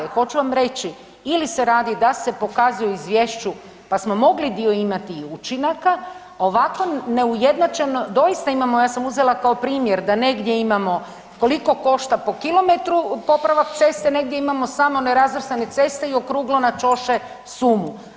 Hoću vam reći, ili se radi da se pokazuje u izvješću, pa smo mogli dio imati i učinaka, a ovako neujednačeno doista imamo, ja sam uzela kao primjer da negdje imamo koliko košta po kilometru popravak ceste, negdje imamo samo nerazvrstane ceste i okruglo na ćoše sumu.